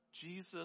Jesus